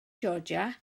georgia